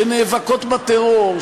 שנאבקות בטרור,